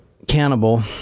Cannibal